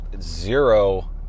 zero